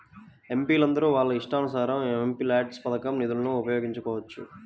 ఎంపీలందరూ వాళ్ళ ఇష్టానుసారం ఎంపీల్యాడ్స్ పథకం నిధులను ఉపయోగించుకోవచ్చు